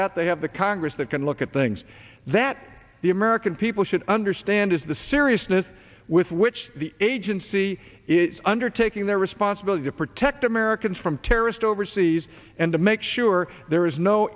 that they have the congress that can look at things that the american people should understand is the seriousness with which the agency is undertaking their responsibility to protect americans from terrorist overseas and to make sure there is no